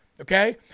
okay